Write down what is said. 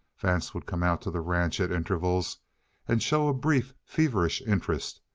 vance would come out to the ranch at intervals and show a brief, feverish interest,